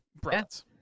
brats